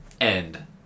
End